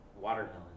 watermelon